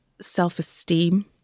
self-esteem